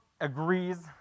Agrees